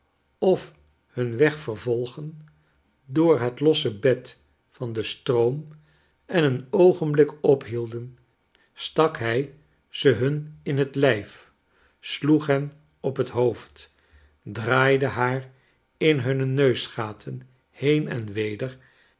of hun weg vervolgen door het losse bed van den stroom en een oogenblik ophielden stak hij ze hun in het lijf sloeg hen op het hoofd draaide haar in hunne neusgaten heen en weder